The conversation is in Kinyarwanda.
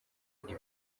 ibyo